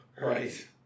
Right